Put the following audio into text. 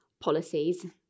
policies